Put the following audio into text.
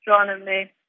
astronomy